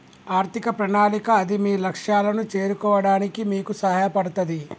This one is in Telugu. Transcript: ఆర్థిక ప్రణాళిక అది మీ లక్ష్యాలను చేరుకోవడానికి మీకు సహాయపడతది